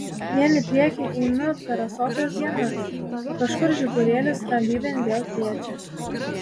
vien į priekį einu per rasotas dienas o kažkur žiburėlis ramybėn vėl kviečia